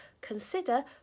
consider